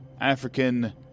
African